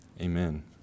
Amen